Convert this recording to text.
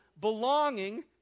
belonging